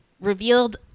Revealed